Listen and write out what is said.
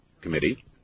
committee